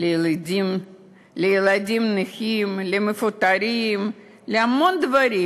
לילדים נכים, למפוטרים, להמון דברים.